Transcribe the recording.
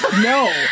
no